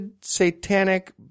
satanic